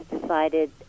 decided